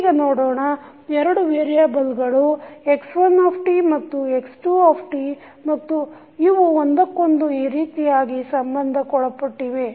ಈಗ ನೋಡೋಣ ಎರಡು ವೇರಿಯಬಲ್ಗಳು x1ಮತ್ತು x2 ಮತ್ತು ಇವು ಒಂದಕ್ಕೊಂದು ಈ ರೀತಿಯಾಗಿ ಸಂಬಂಧಕ್ಕೊಳಪಟ್ಟಿವೆ